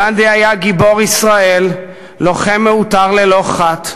גנדי היה גיבור ישראל, לוחם מעוטר, ללא חת,